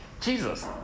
Jesus